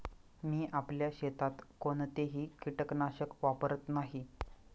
मी आपल्या शेतात कोणतेही कीटकनाशक वापरत नाही